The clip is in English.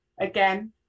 again